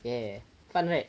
ya fun right